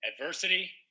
adversity